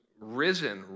risen